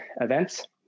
events